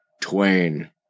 Twain